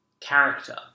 character